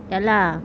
ya lah